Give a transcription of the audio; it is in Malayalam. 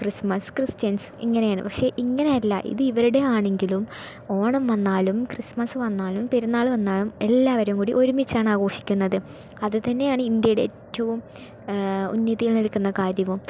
ക്രിസ്മസ് ക്രിസ്ത്യൻസ് ഇനങ്ങനെയാണ് പക്ഷെ ഇങ്ങനെയല്ല ഇത് ഇവരുടെ ആണെങ്കിലും ഓണം വന്നാലും ക്രിസ്മസ് വന്നാലും പെരുന്നാള് വന്നാലും എല്ലാവരും കൂടി ഒരുമിച്ചാണ് ആഘോഷിക്കുന്നത് അത് തന്നെയാണ് ഇന്ത്യയുടെ ഏറ്റവും ഉന്നതിയിൽ നിൽക്കുന്ന കാര്യവും